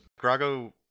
Grago